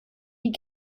die